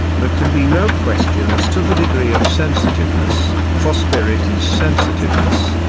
but can be no question as to the degree of sensitiveness, for spirit is sensitiveness,